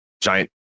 giant